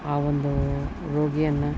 ಆ ಒಂದು ರೋಗಿಯನ್ನು